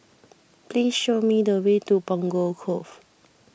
please show me the way to Punggol Cove